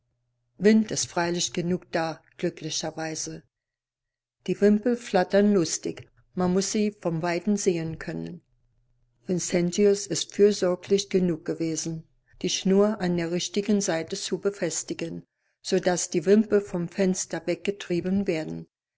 wind ist freilich genug da glücklicherweise die wimpel flattern lustig man muß sie von weitem sehen können vincentius ist fürsorglich genug gewesen die schnur an der richtigen seite zu befestigen so daß die wimpel vom fenster weggetrieben werden